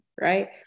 right